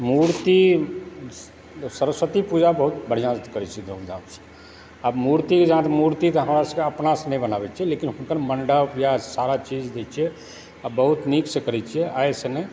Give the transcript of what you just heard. मूर्ति सरस्वती पूजा बहुत बढ़िआँसँ करै छियै बहुत धूमधामसँ आब मूर्तिके जहाँ तक मूर्ति तऽ हम सभ अपनासँ नहि बनाबै छी लेकिन हुनकर मण्डप या सारा चीज दैत छियै आओर बहुत नीकसँ करै छियै आइसँ नहि मतलब